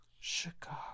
chicago